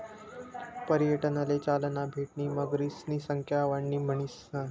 पर्यटनले चालना भेटणी मगरीसनी संख्या वाढणी म्हणीसन